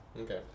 Okay